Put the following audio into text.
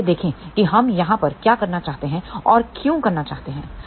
तो आइए देखें कि हम यहाँ पर क्या करना चाहते हैं और क्यों करना चाहते हैं